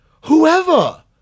whoever